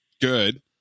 good